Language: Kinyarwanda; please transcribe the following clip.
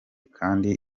kandi